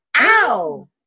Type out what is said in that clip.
Ow